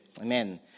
Amen